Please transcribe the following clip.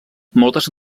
moltes